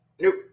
Nope